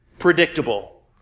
Predictable